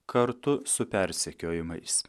kartu su persekiojimais